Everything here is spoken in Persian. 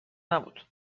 نبود